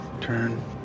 turn